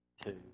two